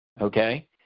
Okay